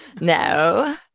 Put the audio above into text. No